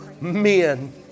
men